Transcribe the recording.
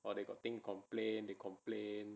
or they got thing to complain complain